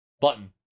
Button